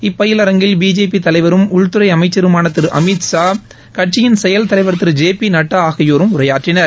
இப்பயிலரங்கில் BJP தலைவரும் உள்துறை அமைக்கருமான திரு அமித் ஷா கட்சியின் செயல் தலைவர் திரு ஜே பி நட்டா ஆகியோரும் உரையாற்றினர்